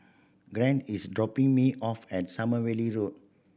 Gerard is dropping me off at Sommerville Road